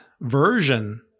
version